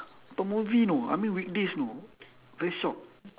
per movie you know I mean weekdays you know very shocked